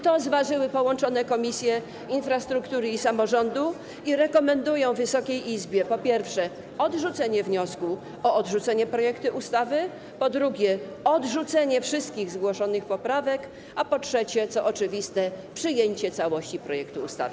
To zważyły połączone komisje infrastruktury i samorządu, które rekomendują Wysokiej Izbie, po pierwsze, odrzucenie wniosku o odrzucenie projektu ustawy, po drugie, odrzucenie wszystkich zgłoszonych poprawek, a po trzecie - co oczywiste - przyjęcie całości projektu ustawy.